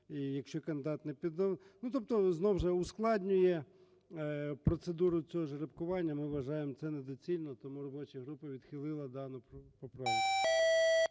тобто, знову ж таки, ускладнює процедуру цього жеребкування. Ми вважаємо це недоцільно. Тому робоча група відхилила дану поправку.